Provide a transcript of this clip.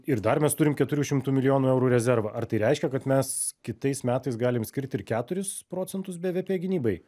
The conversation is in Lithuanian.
ir dar mes turim keturių šimtų milijonų eurų rezervą ar tai reiškia kad mes kitais metais galim skirt ir keturis procentus bvp gynybai